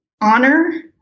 honor